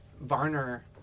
Varner